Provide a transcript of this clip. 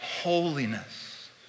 holiness